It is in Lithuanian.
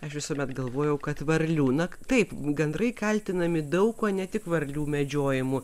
aš visuomet galvojau kad varlių na taip gandrai kaltinami daug kuo ne tik varlių medžiojimu